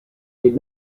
did